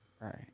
Right